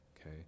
Okay